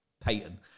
Peyton